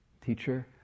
teacher